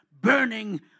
Burning